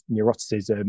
neuroticism